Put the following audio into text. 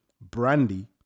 brandy